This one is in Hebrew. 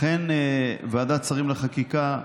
לכן ועדת שרים לחקיקה,